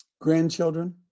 Grandchildren